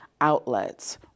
outlets